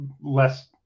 less